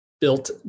built